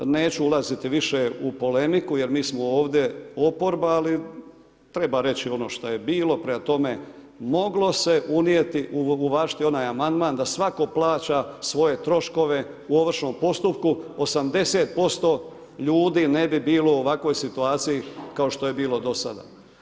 Neću ulaziti više u polemiku jer mi smo ovdje oporba, ali treba reći ono što je bilo, prema tome, moglo se unijeti, uvažiti onaj amandman da svatko plaća svoje troškove u Ovršnom postupku, 80% ljudi ne bi bilo u ovakvoj situaciji kao što je bilo do sada.